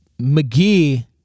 McGee